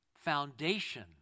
foundation